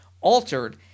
altered